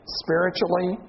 spiritually